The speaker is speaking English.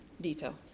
detail